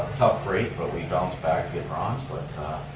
tough break, but we bounced back to get bronze. but,